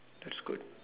that's good